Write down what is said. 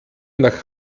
nach